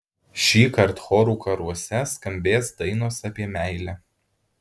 šįkart chorų karuose skambės dainos apie meilę